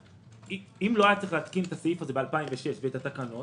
אם לא היה צריך להתקין את הסעיף הזה ב-2006 ואת התקנות